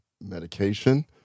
medication